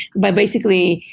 but basically,